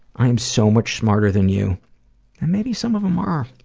i'm so much smarter than you. and maybe some of them are.